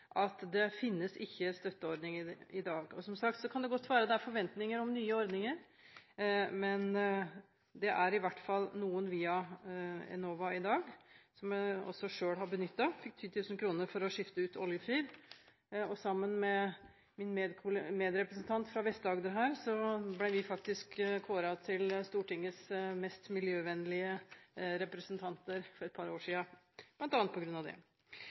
det ikke finnes støtteordninger i dag. Som sagt: Det kan godt være at det er forventninger om nye ordninger, men det er i hvert fall noen via Enova i dag, som jeg også har benyttet. Jeg fikk 10 000 kr for å skifte ut oljefyren. Sammen med min medrepresentant fra Vest-Agder ble vi faktisk kåret til Stortingets mest miljøvennlige representanter for et par år siden, bl.a. på grunn av det.